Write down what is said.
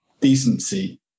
decency